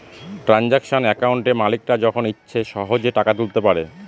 transaction একাউন্টে মালিকরা যখন ইচ্ছে সহেজে টাকা তুলতে পারে